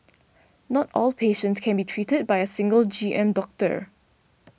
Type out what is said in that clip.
not all patients can be treated by a single G M doctor